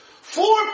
Four